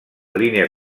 línia